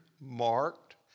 marked